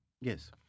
Yes